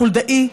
חולדאי,